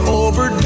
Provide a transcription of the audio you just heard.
over